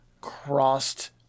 crossed